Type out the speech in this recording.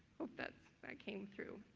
hope that that came through.